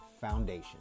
foundation